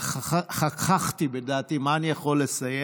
וחככתי בדעתי איך אני יכול לסייע,